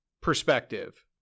perspective